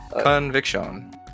Conviction